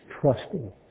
trusting